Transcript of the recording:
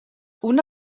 una